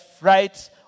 rights